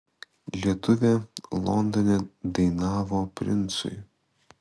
lietuvė londone dainavo princui